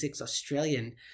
Australian